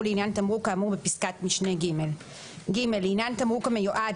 לעניין תמרוק כאמור בפסקת משנה (ג); (ג) לעניין תמרוק המיועד,